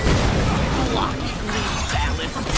you blocky green phallus!